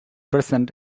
present